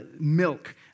milk